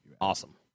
awesome